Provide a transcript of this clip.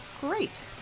Great